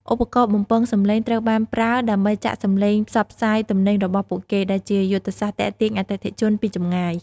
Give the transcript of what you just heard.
ឧបករណ៍បំពងសំឡេងត្រូវបានប្រើដើម្បីចាក់សំឡេងផ្សព្វផ្សាយទំនិញរបស់ពួកគេ ដែលជាយុទ្ធសាស្ត្រទាក់ទាញអតិថិជនពីចម្ងាយ។